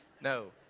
No